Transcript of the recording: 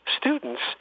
students